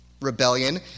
rebellion